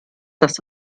das